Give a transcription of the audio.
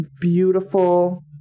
beautiful